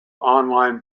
online